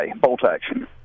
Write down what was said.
bolt-action